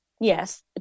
yes